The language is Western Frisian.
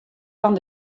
fan